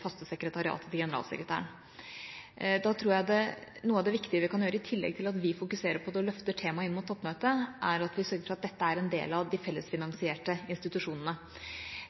faste sekretariatet til generalsekretæren. Da tror jeg noe av det viktige vi kan gjøre, i tillegg til at vi fokuserer på det og løfter temaet inn mot toppmøtet, er at vi sørger for at dette er en del av de fellesfinansierte institusjonene.